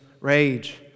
rage